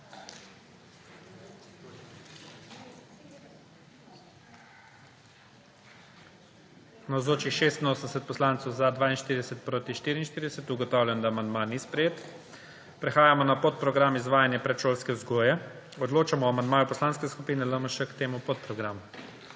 44. (Za je glasovalo 42.) (Proti 44.) Ugotavljam, da amandma ni sprejet. Prehajamo na podprogram Izvajanje predšolske vzgoje. Odločamo o amandmaju Poslanske skupine LMŠ k temu podprogramu.